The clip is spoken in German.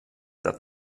der